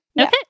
Okay